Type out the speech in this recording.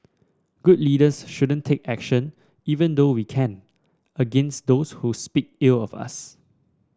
good leaders shouldn't take action even though we can against those who speak ill of us